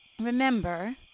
remember